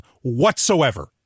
whatsoever